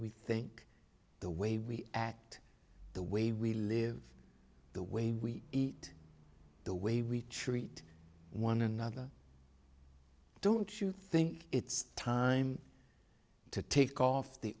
we think the way we act the way we live the way we eat the way we treat one another don't you think it's time to take off the